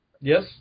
Yes